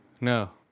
No